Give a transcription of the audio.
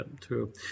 true